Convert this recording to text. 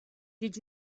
did